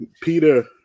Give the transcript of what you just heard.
Peter